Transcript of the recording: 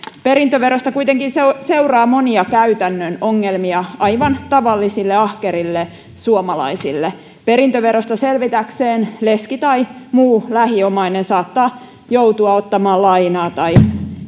perintöverosta kuitenkin seuraa monia käytännön ongelmia aivan tavallisille ahkerille suomalaisille perintöverosta selvitäkseen leski tai muu lähiomainen saattaa joutua ottamaan lainaa tai